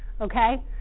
Okay